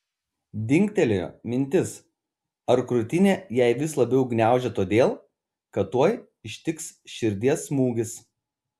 dingtelėjo mintis ar krūtinę jai vis labiau gniaužia todėl kad tuoj ištiks širdies smūgis